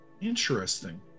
Interesting